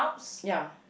ya